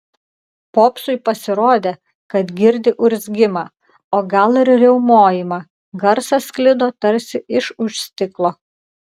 popsui pasirodė kad girdi urzgimą o gal ir riaumojimą garsas sklido tarsi iš už stiklo